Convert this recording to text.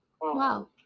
wow